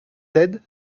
ted